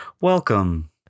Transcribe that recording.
welcome